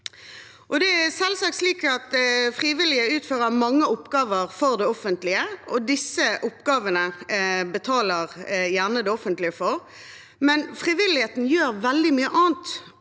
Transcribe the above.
Det er selvsagt slik at frivillige utfører mange oppgaver for det offentlige, og disse oppgavene betaler gjerne det offentlige for, men frivilligheten gjør veldig mye annet,